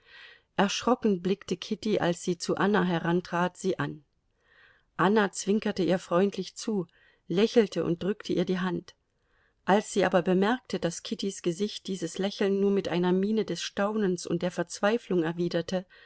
erschrocken blickte kitty als sie zu anna herantrat sie an anna zwinkerte ihr freundlich zu lächelte und drückte ihr die hand als sie aber bemerkte daß kittys gesicht dieses lächeln nur mit einer miene des staunens und der verzweiflung erwiderte